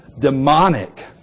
demonic